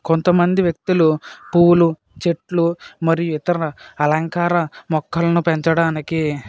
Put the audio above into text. కొంతమంది వ్యక్తులు పువ్వులు చెట్లు మరియు ఇతర అలంకార మొక్కలను పెంచడానికి